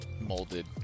molded